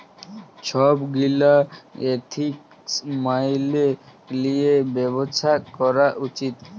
ছব গীলা এথিক্স ম্যাইলে লিঁয়ে ব্যবছা ক্যরা উচিত